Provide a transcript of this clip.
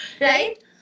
right